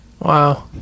wow